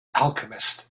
alchemist